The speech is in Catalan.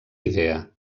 idea